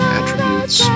Attributes